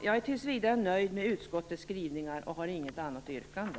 Jag är tills vidare nöjd med utskottets skrivningar och har inget annat yrkande.